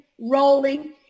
rolling